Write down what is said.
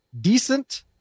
decent